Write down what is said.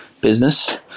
business